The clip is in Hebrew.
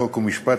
חוק ומשפט,